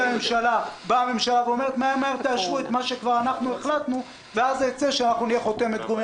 אנחנו משרתי ציבור ואנחנו צריכים לדאוג למלחמה בקורונה.